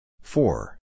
Four